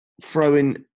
Throwing